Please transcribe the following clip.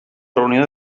reunió